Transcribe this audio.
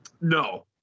No